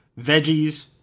Veggies